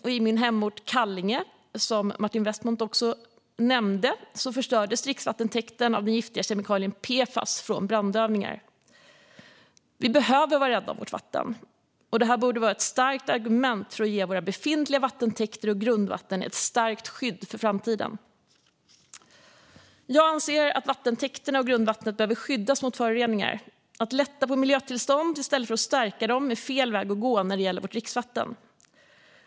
I min hemort Kallinge, som Martin Westmont också nämnde, förstördes dricksvattentäkten av den giftiga kemikalien PFAS från brandövningar. Vi behöver vara rädda om vårt vatten, och det borde vara ett starkt argument för att ge våra befintliga vattentäkter och vårt grundvatten ett starkt skydd för framtiden. Jag anser att vattentäkterna och grundvattnet behöver skyddas mot föroreningar. Att lätta på miljötillstånd i stället för att stärka dem är fel väg att gå när det gäller vårt dricksvatten.